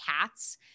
cats